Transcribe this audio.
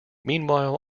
meanwhile